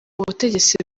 butegetsi